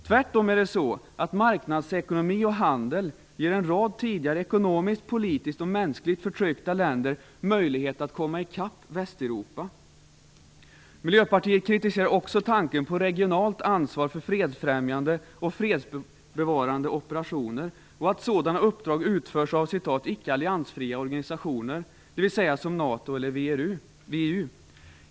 Tvärtom är det så att marknadsekonomi och handel ger en rad tidigare ekonomiskt, politiskt och mänskligt förtryckta länder möjligheter att komma ikapp Västeuropa. Miljöpartiet kritiserar också tanken på regionalt ansvar för fredsfrämjande eller fredsbevarande operationer och att sådana uppdrag utförs av "ickealliansfria" organisationer, dvs. av NATO eller VEU.